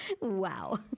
Wow